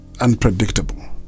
unpredictable